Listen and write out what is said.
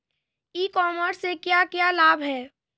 ई commerce से क्या क्या लाभ हैं?